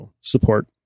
support